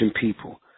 people